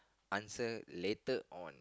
answer later on